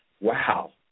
wow